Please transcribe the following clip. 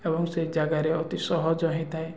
ଏବଂ ସେ ଜାଗାରେ ଅତି ସହଜ ହେଇଥାଏ